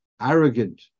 arrogant